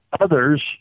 others